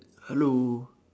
hello